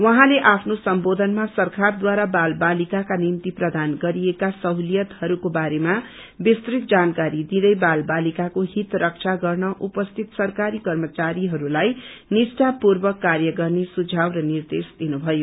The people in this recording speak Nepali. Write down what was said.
उहाँले आफ्नो सम्बोधनमा सरकारद्वारा बाल बालिकाका निम्ति प्रदान गरिएका सहुलियतहरूको बारेमा विस्तृत जानकारी दिदै बाल बालिकाको हित रक्षा गर्न उपस्थित सरकारी कर्मचारीहरूलाई निष्ठापूर्वक कार्य गर्ने सुझाव र निर्देश दिनुभयो